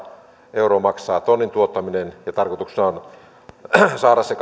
euroa maksaa tonnin tuottaminen ja tarkoituksena on saada se